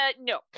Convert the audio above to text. no